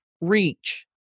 reach